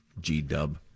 G-Dub